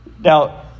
Now